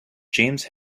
james